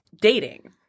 dating